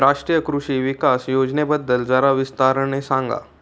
राष्ट्रीय कृषि विकास योजनेबद्दल जरा विस्ताराने सांगा